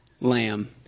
lamb